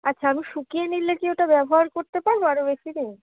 আচ্ছা আমি শুকিয়ে নিলে কি ওটা ব্যবহার করতে পারবো আরও বেশি দিন